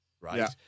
right